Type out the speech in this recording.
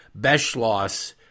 Beschloss